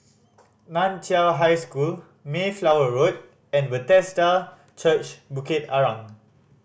Nan Chiau High School Mayflower Road and Bethesda Church Bukit Arang